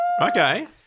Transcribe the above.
Okay